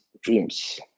dreams